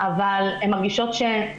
אבל הן מרגישות והנה,